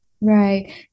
Right